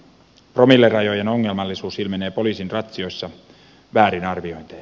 promillerajojen ongelmallisuus ilmenee poliisin ratsioissa väärinarviointeina